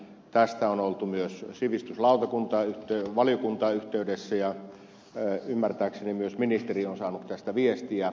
tästä on oltu myös sivistysvaliokuntaan yhteydessä ja ymmärtääkseni myös ministeri on saanut tästä viestiä